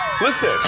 Listen